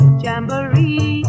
jamboree